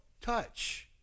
touch